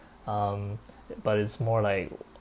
um but it's more like